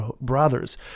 brothers